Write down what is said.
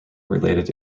related